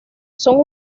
son